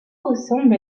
ressemble